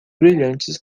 brilhantes